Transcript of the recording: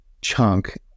chunk